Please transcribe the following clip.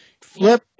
flip